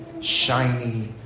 shiny